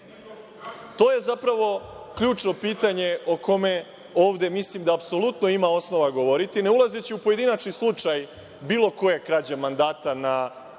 je zapravo ključno pitanje o kome ovde mislim da apsolutno ima osnova govoriti, ne ulazeći u pojedinačni slučaj bilo koje krađe mandata na